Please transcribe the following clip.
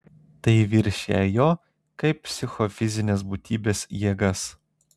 tai viršija jo kaip psichofizinės būtybės jėgas